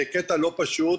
קטע לא פשוט.